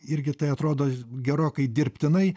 irgi tai atrodo gerokai dirbtinai